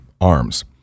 arms